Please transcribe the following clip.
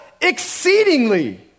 exceedingly